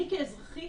אני כאזרחית